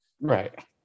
Right